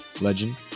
legend